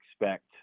expect